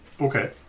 Okay